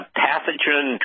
pathogen